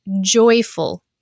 joyful